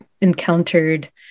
encountered